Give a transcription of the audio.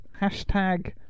Hashtag